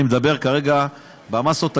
אני מדבר כרגע על המסות הגדולות,